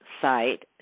site